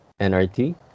NRT